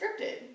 scripted